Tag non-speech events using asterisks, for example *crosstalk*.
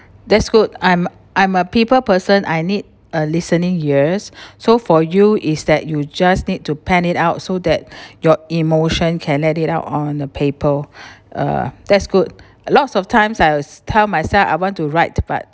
that's good I'm I'm a people person I need a listening ears so for you is that you just need to pen it out so that *breath* your emotion can let it out out on the paper *breath* uh that's good a lots of times I s~ tell myself I want to write but